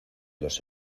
los